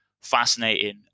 fascinating